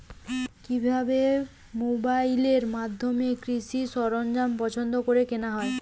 কিভাবে মোবাইলের মাধ্যমে কৃষি সরঞ্জাম পছন্দ করে কেনা হয়?